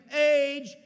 age